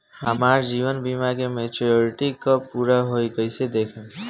हमार जीवन बीमा के मेचीयोरिटी कब पूरा होई कईसे देखम्?